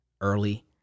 early